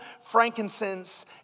frankincense